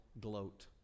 gloat